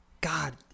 God